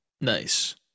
Nice